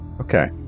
Okay